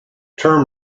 term